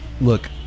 Look